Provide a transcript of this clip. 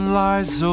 lies